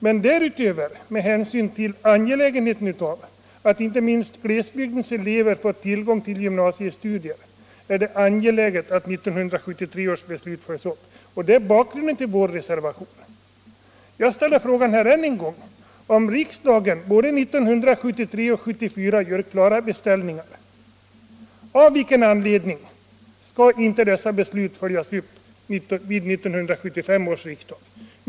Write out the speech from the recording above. Men inte minst med hänsyn till att glesbygdens invånare bör få tillgång till gymnasiestudier är det angeläget att 1973 års beslut följs upp. Det är bakgrunden till vår reservation. Jag ställer än en gång frågan: Av vilken anledning följer man inte vid 1975 års riksdag upp de klara beställningar som både 1973 och 1974 års riksdagar gjorde?